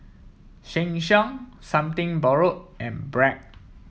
Sheng Siong Something Borrowed and Bragg